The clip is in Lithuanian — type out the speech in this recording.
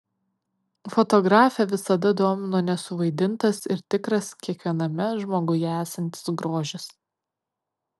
fotografę visada domino nesuvaidintas ir tikras kiekviename žmoguje esantis grožis